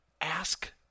ask